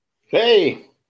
Hey